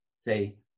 say